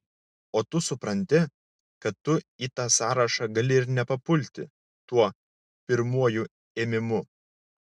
o tu supranti kad tu į tą sąrašą gali ir nepapulti tuo pirmuoju ėmimu